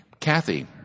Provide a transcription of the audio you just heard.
Kathy